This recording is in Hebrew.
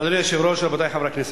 אדוני היושב-ראש, רבותי חברי הכנסת,